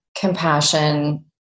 compassion